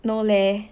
no leh